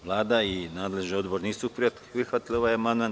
Vlada i nadležni odbor nisu prihvatili amandman.